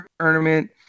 tournament